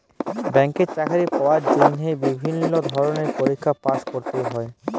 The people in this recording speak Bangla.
ব্যাংকে চাকরি পাওয়ার জন্হে বিভিল্য ধরলের পরীক্ষায় পাস্ ক্যরতে হ্যয়